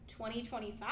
2025